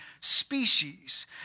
species